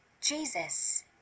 Jesus